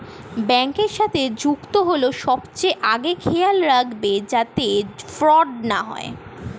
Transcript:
ব্যাংকের সাথে যুক্ত হল সবচেয়ে আগে খেয়াল রাখবে যাতে ফ্রড না হয়